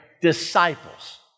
disciples